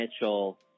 Mitchell